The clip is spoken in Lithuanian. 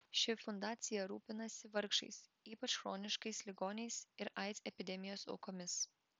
ši fundacija rūpinasi vargšais ypač chroniškais ligoniais ir aids epidemijos aukomis